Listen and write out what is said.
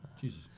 Jesus